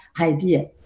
idea